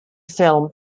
film